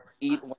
eat